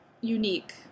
unique